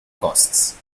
costs